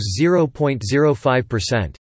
0.05%